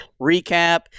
Recap